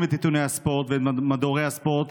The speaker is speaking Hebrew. את עיתוני הספורט ואת מדורי הספורט,